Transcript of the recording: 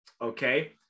Okay